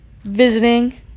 visiting